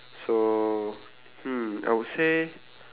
so hmm I would say